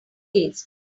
taste